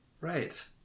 Right